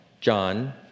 John